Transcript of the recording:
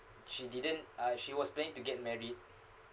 she didn't uh she was planning to get married